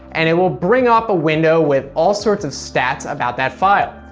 and it will bring up a window with all sorts of stats about that file.